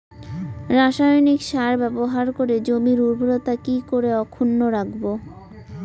রাসায়নিক সার ব্যবহার করে জমির উর্বরতা কি করে অক্ষুণ্ন রাখবো